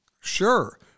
Sure